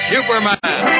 Superman